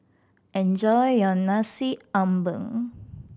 enjoy your Nasi Ambeng